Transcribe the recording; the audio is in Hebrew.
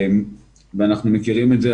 ואנחנו מכירים את זה,